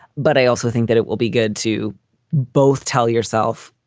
but i also think that it will be good to both tell yourself,